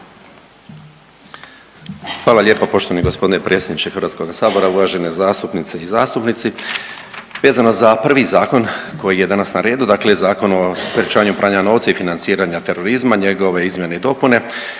Hvala lijepa. Poštovani g. predsjedniče HS-a, uvažene zastupnice i zastupnici. Vezano za prvi zakon koji je danas na redu dakle Zakon o sprječavanju pranja novca i financiranja terorizma njegove izmjene i dopune